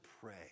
pray